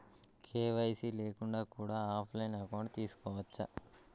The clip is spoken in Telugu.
కే.వై.సీ లేకుండా కూడా ఆఫ్ లైన్ అకౌంట్ తీసుకోవచ్చా?